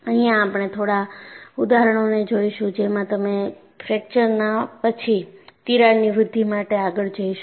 અહિયાંઆપણે થોડા ઉદાહરણોને જોઈશું જેમાં તમે ફ્રેક્ચરના પછી તિરાડની વૃદ્ધિ માટે આગળ જઈશું